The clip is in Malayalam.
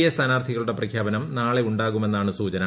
എ സ്ഥാനാർത്ഥികളുടെ പ്രഖ്യാപനം നാളെയുണ്ടാകുമെന്നാണ് സൂചന